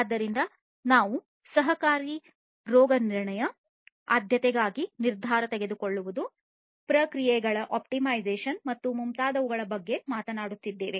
ಆದ್ದರಿಂದ ನಾವು ಸಹಕಾರಿ ರೋಗನಿರ್ಣಯ ಆದ್ಯತೆಗಾಗಿ ನಿರ್ಧಾರ ತೆಗೆದುಕೊಳ್ಳುವುದು ಪ್ರಕ್ರಿಯೆಗಳ ಆಪ್ಟಿಮೈಸೇಶನ್ ಮತ್ತು ಮುಂತಾದವುಗಳ ಬಗ್ಗೆ ಮಾತನಾಡುತ್ತಿದ್ದೇವೆ